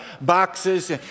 boxes